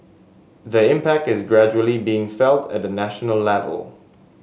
the impact is gradually being felt at the national level